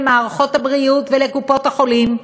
למערכות הבריאות ולקופות-החולים,